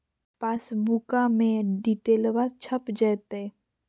पासबुका में डिटेल्बा छप जयते?